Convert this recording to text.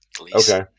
Okay